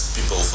people